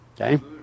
Okay